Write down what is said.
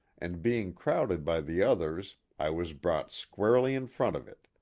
and being crowded by the others i was brought squarely in front of it.